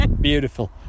beautiful